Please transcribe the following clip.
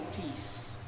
peace